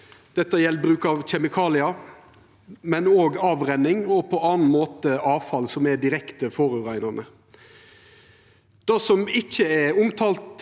Dette gjeld bruk av kjemikaliar, men òg avrenning og på annan måte avfall som er direkte forureinande. Det som iallfall